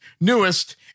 newest